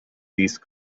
these